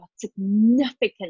significant